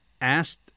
asked